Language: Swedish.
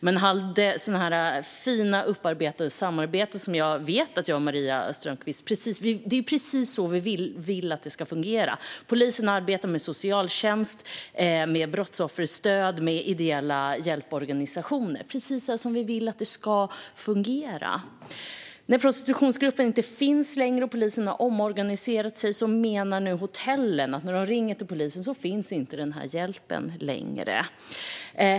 Man hade fina upparbetade samarbeten, precis så som jag och Maria Strömkvist vill att det ska fungera. Polisen arbetade med socialtjänsten, med brottsofferstöd och med ideella hjälporganisationer, precis så som vi vill att det ska fungera. Nu när prostitutionsgruppen inte längre finns och polisen har omorganiserat sig menar hotellen att när de ringer till polisen finns det inte längre någon hjälp.